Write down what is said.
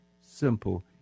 simple